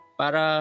para